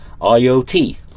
IOT